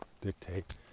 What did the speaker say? dictate